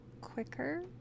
quicker